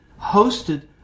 hosted